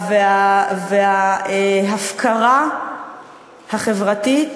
וההפקרה החברתית,